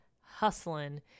hustling